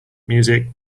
music